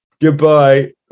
Goodbye